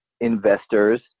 investors